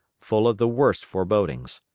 full of the worst forebodings.